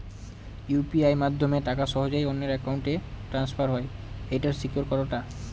UPI মাধ্যমে টাকা সহজেই অন্যের অ্যাকাউন্ট ই ট্রান্সফার হয় এইটার সিকিউর কত টা?